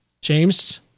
James